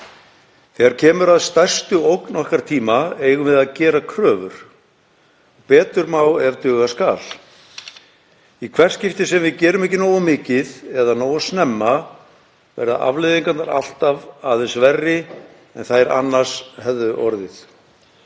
Þegar kemur að stærstu ógn okkar tíma eigum við að gera kröfur. Betur má ef duga skal. Í hvert skipti sem við gerum ekki nógu mikið eða nógu snemma verða afleiðingarnar alltaf aðeins verri en þær annars hefðu orðið.